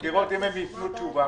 לראות אם הם ייתנו תשובה,